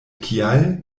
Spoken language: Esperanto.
kial